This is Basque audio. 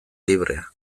librea